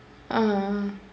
(uh huh)